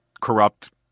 corrupt